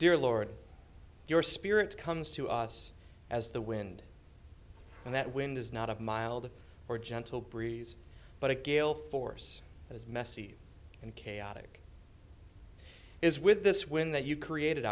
dear lord your spirit comes to us as the wind and that wind is not a mild or gentle breeze but a gale force as messy and chaotic is with this when that you created